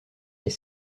est